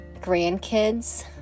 grandkids